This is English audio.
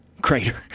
crater